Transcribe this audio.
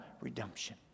redemption